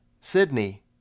Sydney